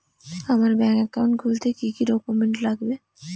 আমার bank account খুলতে কি কি ডকুমেন্ট লাগবে?